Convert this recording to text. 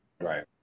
Right